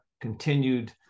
continued